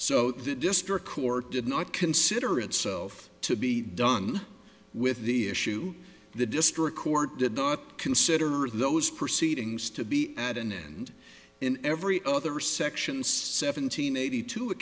so the district court did not consider itself to be done with the issue the district court did not consider those proceedings to be at an end in every other sections seventeen eighty two a